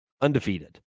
Undefeated